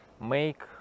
make